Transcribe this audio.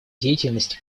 деятельности